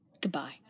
Goodbye